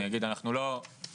אני אגיד שאנחנו לא מוטרדים,